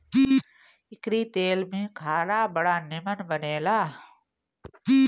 एकरी तेल में खाना बड़ा निमन बनेला